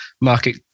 market